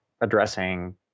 addressing